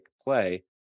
play